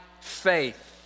faith